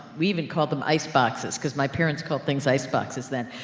we even called them iceboxes, because my parents called things iceboxes then.